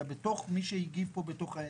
אלא גם בין המגיבים.